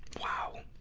wow.